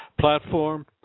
platform